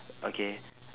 okay